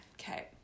Okay